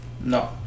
No